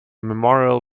memorial